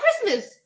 christmas